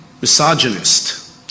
misogynist